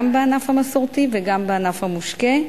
גם בענף המסורתי וגם בענף המושקה,